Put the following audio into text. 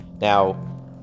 Now